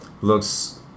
looks